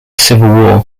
civil